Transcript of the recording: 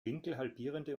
winkelhalbierende